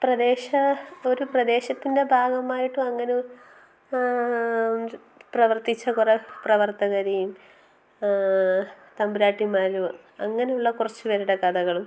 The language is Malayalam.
പ്രദേശം ഒരു പ്രദേശത്തിന്റെ ഭാഗമായിട്ടും അങ്ങനെ പ്രവർത്തിച്ച കുറേ പ്രവർത്തകരെയും തമ്പുരാട്ടിമാരും അങ്ങനെയുള്ള കുറച്ച് പേരുടെ കഥകളും